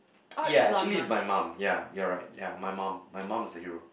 ya actually it's my mum ya you are right ya my mum my mum is the hero